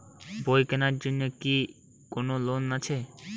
বই কেনার জন্য কি কোন লোন আছে?